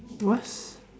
what